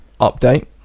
update